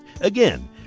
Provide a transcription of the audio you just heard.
Again